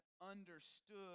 understood